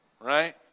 right